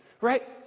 Right